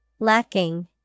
Lacking